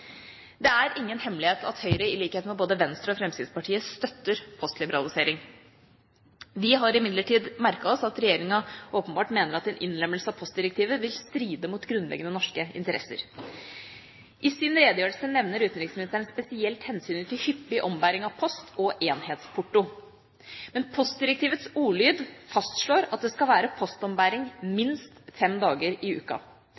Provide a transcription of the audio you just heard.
Det er ingen hemmelighet at Høyre, i likhet med både Venstre og Fremskrittspartiet, støtter postliberalisering. Vi har imidlertid merket oss at regjeringa åpenbart mener at en innlemmelse av postdirektivet vil stride mot grunnleggende norske interesser. I sin redegjørelse nevner utenriksministeren spesielt hensynet til hyppig ombæring av post og enhetsporto. Men postdirektivets ordlyd fastslår at det skal være postombæring minst fem dager i uka.